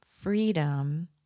freedom